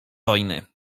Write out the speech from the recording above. wojny